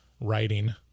writing